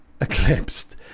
eclipsed